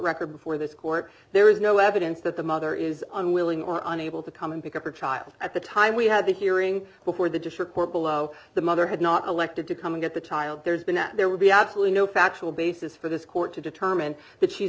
record before this court there is no evidence that the mother is unwilling or unable to come and pick up her child at the time we have a hearing before the district court below the mother had not elected to come and get the child there's been that there would be absolutely no factual basis for this court to determine that she's